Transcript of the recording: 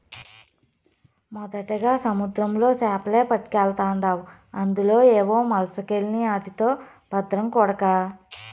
మొదటగా సముద్రంలో సేపలే పట్టకెల్తాండావు అందులో ఏవో మొలసకెల్ని ఆటితో బద్రం కొడకా